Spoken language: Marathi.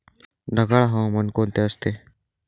ढगाळ हवामान कोणते असते?